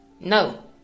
No